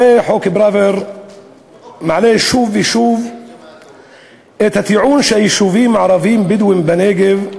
הרי חוק פראוור מעלה שוב ושוב את הטיעון שהיישובים הערבים-בדואים בנגב,